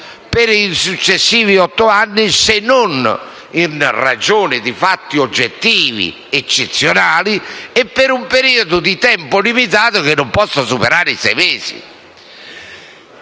per i successivi otto anni, se non in ragione di fatti oggettivi eccezionali e per un periodo di tempo limitato che non possa superare i sei mesi.